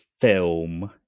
film